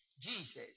Jesus